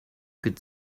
could